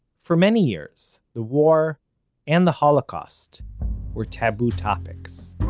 for many years, the war and the holocaust were taboo topics